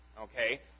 okay